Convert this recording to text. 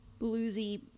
bluesy